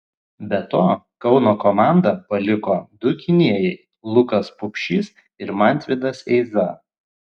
be to kauno komandą paliko du gynėjai lukas pupšys ir mantvydas eiza